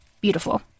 Beautiful